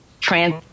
trans